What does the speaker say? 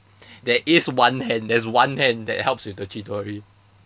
there is one hand there's one hand that helps with the chidori